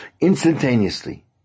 instantaneously